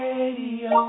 Radio